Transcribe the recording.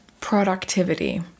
productivity